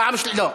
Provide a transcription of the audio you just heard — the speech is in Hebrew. לא,